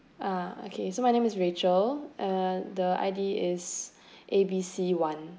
ah okay so my name is rachel and the I_D is A B C one